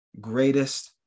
greatest